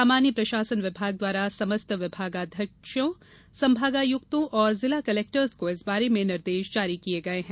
सामान्य प्रशासन विभाग द्वारा समस्त विभागाध्यक्षों संभागायुक्तों एवं जिला कलेक्टर्स को इस बारे में निर्देश जारी किये गये हैं